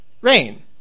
Rain